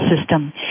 system